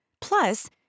Plus